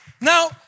Now